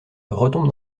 retombe